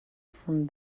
from